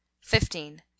fifteen